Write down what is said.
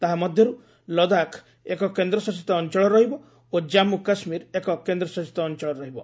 ତାହା ମଧ୍ୟରୁ ଲଦାଖ ଏକ କେନ୍ଦ୍ରଶାସିତ ଅଞ୍ଚଳ ରହିବ ଓ ଜାମ୍ମୁ କାଶ୍ମୀର ଏକ କେନ୍ଦ୍ରଶାସିତ ଅଞ୍ଚଳ ରହିବ